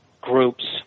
groups